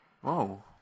Whoa